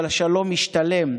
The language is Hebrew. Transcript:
אבל השלום משתלם.